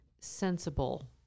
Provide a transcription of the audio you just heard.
sensible